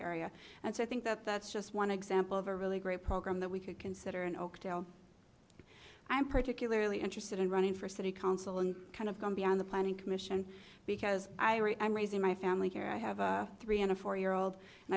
area and so i think that that's just one example of a really great program that we could consider in oakdale i'm particularly interested in running for city council and kind of going beyond the planning commission because i'm raising my family here i have a three and a four year old and